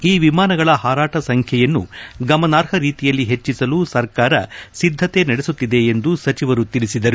ಈ ವಿಮಾನಗಳ ಹಾರಾಟ ಸಂಖ್ಯೆಯನ್ನು ಗಮನಾರ್ಹ ರೀತಿಯಲ್ಲಿ ಹೆಚ್ಚಿಸಲು ಸರ್ಕಾರ ಸಿದ್ದತೆ ನಡೆಸುತ್ತಿದೆ ಎಂದು ಸಚಿವರು ತಿಳಿಸಿದರು